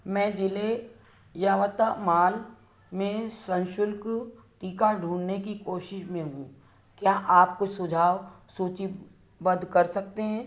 मैं ज़िले यवतमाल में सशुल्क टीका ढूँढने की कोशिश में हूँ क्या आप कुछ सुझाव सूची बद्ध कर सकते हैं